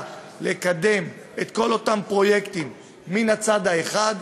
לקדם את כל אותם פרויקטים מן הצד האחד,